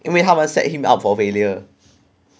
因为他们 set him up for failure